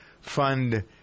fund